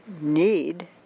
need